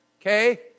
okay